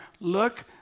look